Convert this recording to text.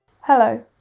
Hello